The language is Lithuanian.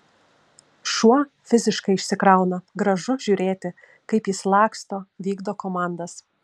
šuo fiziškai išsikrauna gražu žiūrėti kaip jis laksto vykdo komandas